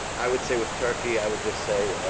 i would say with turkey, i would just say,